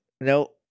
no